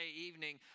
evening